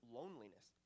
loneliness